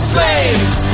Slaves